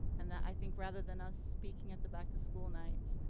and i think, rather than us speaking at the back to school nights,